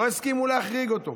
לא הסכימו להחריג אותו.